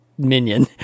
Minion